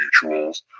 mutuals